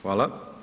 Hvala.